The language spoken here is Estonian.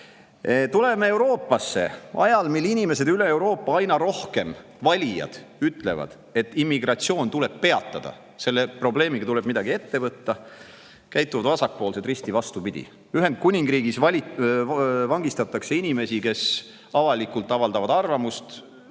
Tuleme Euroopasse. Ajal, mil inimesed, valijad üle Euroopa aina rohkem ütlevad, et immigratsioon tuleb peatada, selle probleemiga tuleb midagi ette võtta, käituvad vasakpoolsed risti vastupidi. Ühendkuningriigis vangistatakse inimesi, kes avalikult avaldavad arvamust